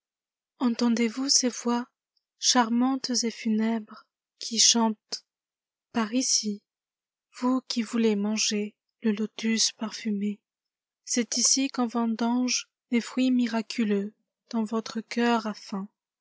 entendez-vous ces voix charmantes et funèbres qui chantent par ici vous qui voulez manger le lotus parfumé c'est ici qu'on vendangeles fruits miraculeux dont votre cœur a